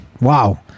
Wow